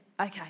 okay